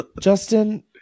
Justin